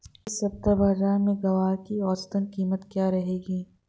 इस सप्ताह बाज़ार में ग्वार की औसतन कीमत क्या रहेगी?